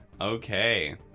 Okay